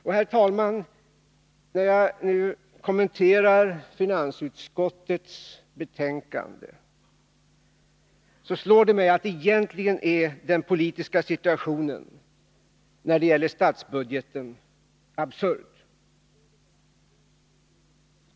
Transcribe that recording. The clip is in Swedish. Och, herr talman, när jag nu kommenterar finansutskottets betänkande slår det mig att den politiska situationen när det gäller statsbudgeten egentligen är absurd.